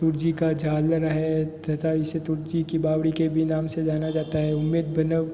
तुर्जी का झालर है तथा इसे तुर्जी के बावड़ी के भी नाम से जाना जाता है उमेर भवन